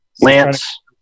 Lance